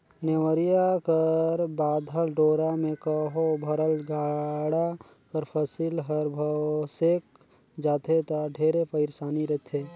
नेवरिया कर बाधल डोरा मे कहो भरल गाड़ा कर फसिल हर भोसेक जाथे ता ढेरे पइरसानी रिथे